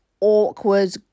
awkward